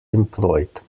employed